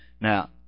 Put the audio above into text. Now